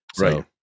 Right